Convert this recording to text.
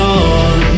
on